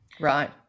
Right